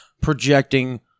projecting